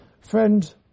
friend